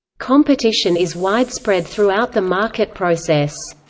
competition is widespread throughout the market process.